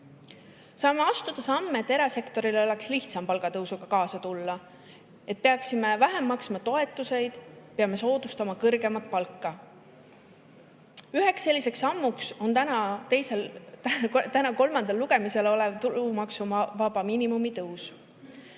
Saame astuda samme, et erasektoril oleks lihtsam palgatõusuga kaasa tulla. Et peaksime vähem maksma toetusi, peame soodustama kõrgemat palka. Üheks selliseks sammuks on täna kolmandal lugemisel olev tulumaksuvaba miinimumi tõus.